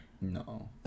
no